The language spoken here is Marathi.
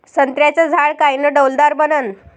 संत्र्याचं झाड कायनं डौलदार बनन?